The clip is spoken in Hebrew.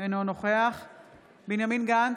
אינו נוכח בנימין גנץ,